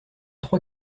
trois